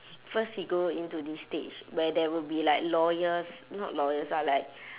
first he go into this stage where there will be like lawyers not lawyers ah like